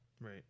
Right